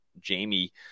Jamie